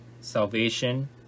salvation